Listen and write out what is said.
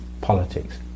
politics